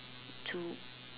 to